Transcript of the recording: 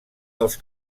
dels